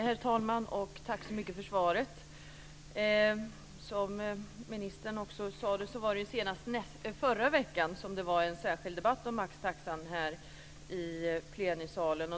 Herr talman! Tack så mycket för svaret. Som ministern också sade var det senast förra veckan en debatt om maxtaxan här i plenisalen.